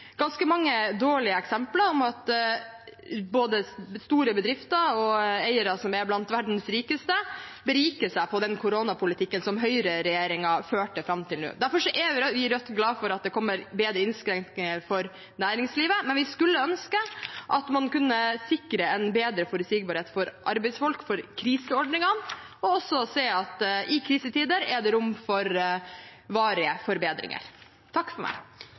ganske mange dårlige eksempler på at både store bedrifter og eiere som er blant verdens rikeste, beriker seg på den koronapolitikken som høyreregjeringen førte fram til nå. Derfor er vi i Rødt glade for at det kommer bedre innskrenkinger for næringslivet, men vi skulle ønske at man kunne sikre en bedre forutsigbarhet for arbeidsfolk i kriseordningene, og også se at i krisetider er det rom for varige forbedringer.